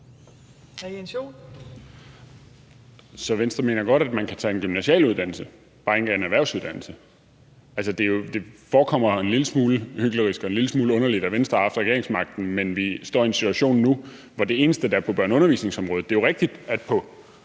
Så Venstre mener godt, at man kan tage en gymnasial uddannelse, bare ikke en erhvervsuddannelse? Altså, det forekommer mig en lille smule hyklerisk og en lille smule underligt, at Venstre har haft regeringsmagten, men at vi står i en situation nu, hvor det eneste, der er noget med, er på børne- og undervisningsområdet. Det er jo rigtigt, at